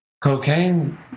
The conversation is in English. cocaine